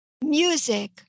music